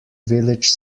village